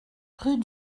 rue